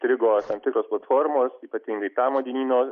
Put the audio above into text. strigo tam tikros platformos ypatingai tamo dienyno